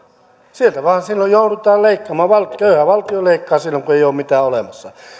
sieltä vain silloin joudutaan leikkaamaan köyhä valtio leikkaa silloin kun ei ole mitään olemassa